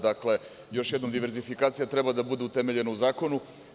Dakle, još jednom diverzifikacija treba da bude utemeljena u zakonu.